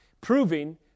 proving